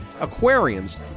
aquariums